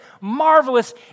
marvelous